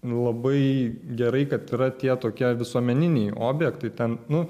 labai gerai kad yra tie tokie visuomeniniai objektai ten nu